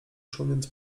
szumiąc